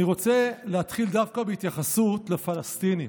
אני רוצה להתחיל דווקא בהתייחסות לפלסטינים.